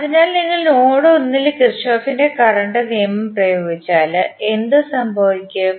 അതിനാൽ നിങ്ങൾ നോഡ് 1 ൽ കിർചോഫിന്റെ കറണ്ട് നിയമം പ്രയോഗിച്ചാൽ എന്ത് സംഭവിക്കും